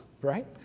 right